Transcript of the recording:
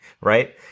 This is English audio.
right